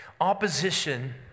Opposition